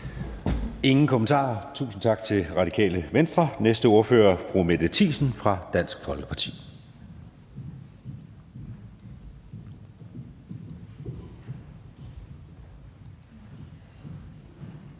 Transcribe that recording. ingen korte bemærkninger. Tusind tak til Radikale Venstre. Næste ordfører er fru Mette Thiesen fra Dansk Folkeparti.